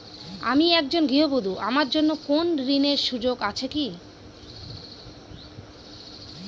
আমি একজন গৃহবধূ আমার জন্য কোন ঋণের সুযোগ আছে কি?